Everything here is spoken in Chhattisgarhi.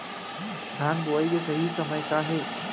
धान बोआई के सही समय का हे?